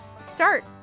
start